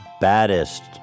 baddest